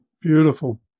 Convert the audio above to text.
Beautiful